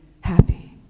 happy